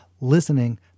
Listening